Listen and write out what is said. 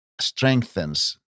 strengthens